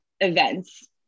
events